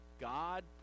God